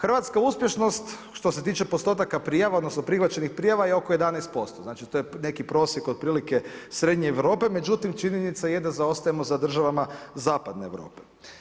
Hrvatska uspješnost što se tiče postotaka prijava odnosno prihvaćenih prijava je oko 11%, znači to je neki prosjek otprilike Srednje Europe, međutim činjenica je da zaostajemo za državama zapadne Europe.